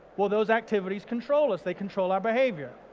well those activities control us, they control our behaviour.